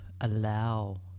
allow